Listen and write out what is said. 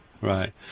right